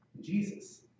Jesus